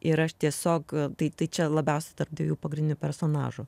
ir aš tiesiog tai tai čia labiausiai tarp dviejų pagrindinių personažų